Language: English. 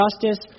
justice